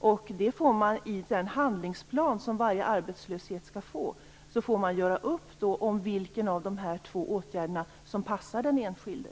Man får i den handlingsplan som varje arbetslös skall få göra upp om vilken av de här två åtgärderna som passar den enskilde.